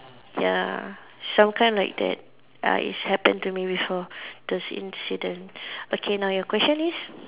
ya some kind like that uh is happen to me before those incident okay now your question is